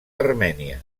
armènia